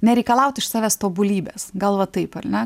nereikalaut iš savęs tobulybės gal va taip ar ne